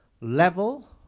level